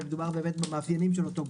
שמדובר במאפיינים של אותו גוף.